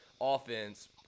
offense